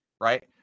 right